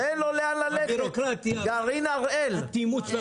הבירוקרטיה, האטימות.